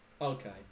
Okay